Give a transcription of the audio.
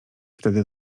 wtedy